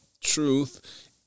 truth